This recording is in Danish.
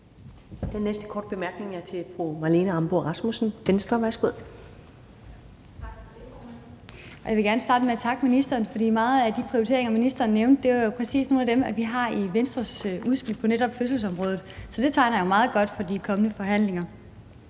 Venstre. Værsgo. Kl. 15:44 Marlene Ambo-Rasmussen (V): Tak for det, formand. Jeg vil gerne starte med at takke ministeren, for mange af de prioriteringer, ministeren nævnte, er jo præcis nogle af dem, vi har i Venstres udspil på netop fødselsområdet. Så det tegner jo meget godt for de kommende forhandlinger.